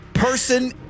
Person